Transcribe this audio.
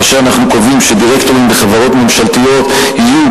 כאשר אנחנו קובעים שדירקטורים בחברות ממשלתיות יהיו